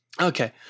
okay